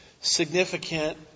significant